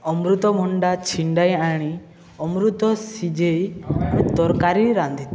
ଅମୃତଭଣ୍ଡା ଛିଣ୍ଡାଇ ଆଣି ଅମୃତ ସିଝାଇ ତରକାରୀ ରାନ୍ଧି